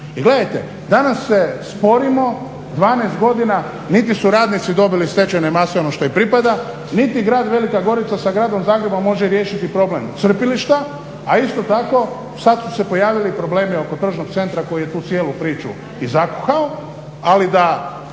I gledajte, danas se sporimo, 12 godina niti su radnici dobili stečajnu masu ono što im i pripada, niti grad Velika Gorica sa Gradom Zagrebom može riješiti problem crpilišta, a isto tako sad su se pojavili i problemi oko tržnog centra koji je tu cijelu priču i zakuhao. Ali da